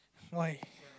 why